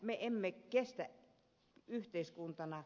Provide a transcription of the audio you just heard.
me emme kestä tätä menoa yhteiskuntana